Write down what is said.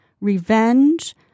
revenge